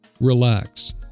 relax